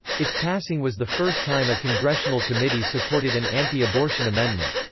its passing was the first time a congressional committee supported an anti-abortion amendment.